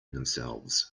themselves